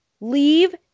leave